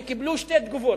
וקיבלו שתי תגובות,